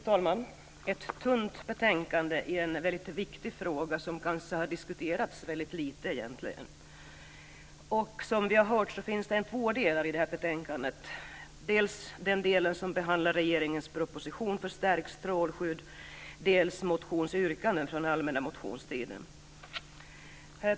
Fru talman! Detta är ett tunt betänkande som behandlar en mycket viktig fråga som egentligen har diskuterats väldigt lite. Som vi har hört finns det två delar i detta betänkande, dels den del som behandlar regeringens proposition Förstärkt strålskydd, dels motionsyrkanden från allmänna motionstiden.